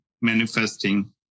manifesting